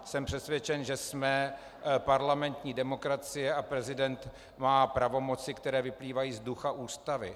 Jsem přesvědčen, že jsme parlamentní demokracie, a prezident má pravomoci, které vyplývají z ducha Ústavy.